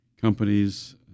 companies